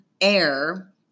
air